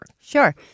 Sure